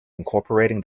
incorporating